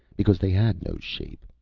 because they had no shape.